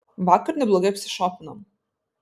vakar neblogai apsišopinom